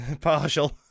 partial